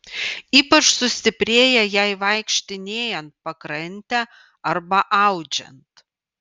ypač sustiprėja jai vaikštinėjant pakrante arba audžiant